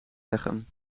leggen